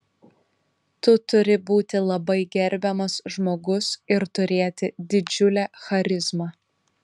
tu turi būti labai gerbiamas žmogus ir turėti didžiulę charizmą